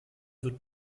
wird